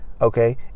okay